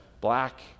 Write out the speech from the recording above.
black